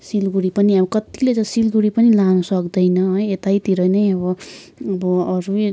सिलगढी पनि अब कतिले त सिलगढी पनि लानसक्दैन है यतैतिर नै अब अब अरू नै